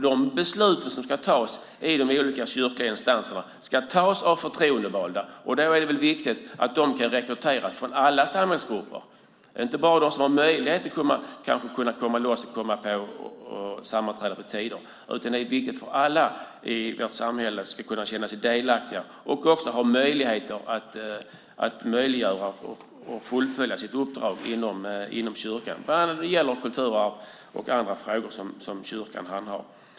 De beslut som ska fattas i de olika kyrkliga instanserna ska fattas av förtroendevalda, och då är det viktigt att de kan rekryteras från alla samhällsgrupper. Det ska inte bara vara sådana som har möjlighet att komma loss och sammanträda på olika tider, utan alla i vårt samhälle ska kunna känna sig delaktiga och ha möjligheter att fullfölja sitt uppdrag inom kyrkan, bland annat när det gäller kulturarv och andra frågor som kyrkan handhar.